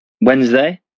Wednesday